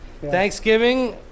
thanksgiving